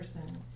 person